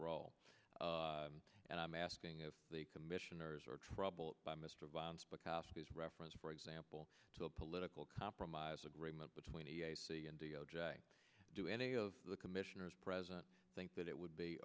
question and i'm asking if the commissioners were troubled by mr reference for example to a political compromise agreement between do any of the commissioners president think that it would be